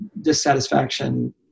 dissatisfaction